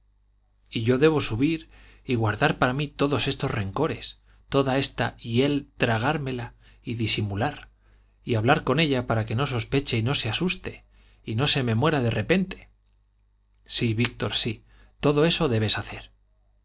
y yo debo subir y guardar para mí todos estos rencores toda esta hiel tragármela y disimular y hablar con ella para que no sospeche y no se asuste y no se me muera de repente sí víctor sí todo eso debes hacer